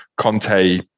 Conte